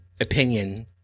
opinion